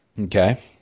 Okay